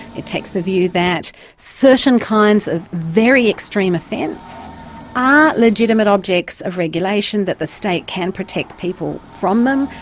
it takes the view that certain kinds of very extreme offence are legitimate objects of regulation, that the state can protect people from them.